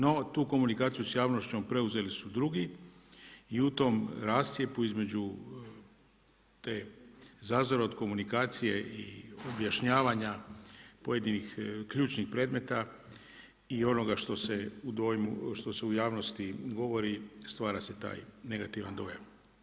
No, tu komunikaciju s javnošću preuzeli su drugi i u tom razmjeru između te zazora od komunikacije i objašnjavanja pojedinih ključnih predmeta i onoga što se u javnosti govori, stvara se taj negativan dojam.